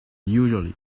usually